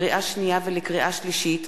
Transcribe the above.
לקריאה שנייה ולקריאה שלישית: